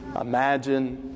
imagine